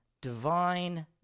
divine